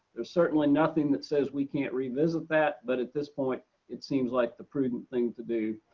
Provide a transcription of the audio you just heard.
there's certainly nothing that says we can't revisit that, but at this point it seems like the prudent thing to do,